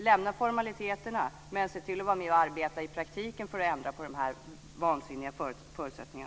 Lämna formaliteterna, men se till att vara med och arbeta i praktiken för att ändra på dessa vansinniga förutsättningar!